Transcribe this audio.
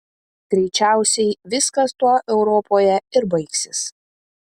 greičiausiai viskas tuo europoje ir baigsis